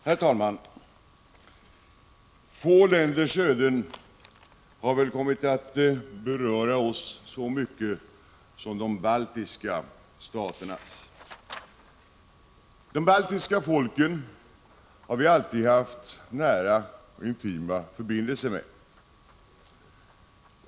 Herr talman! Få länders öden har väl kommit att beröra oss så mycket som de baltiska staternas. De baltiska folken har vi alltid haft nära och intima förbindelser med.